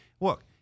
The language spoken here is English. Look